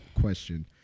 question